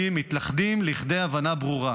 לרבות כל התנאים המאפשרים לקבל דחיית שירות לאלה שתורתם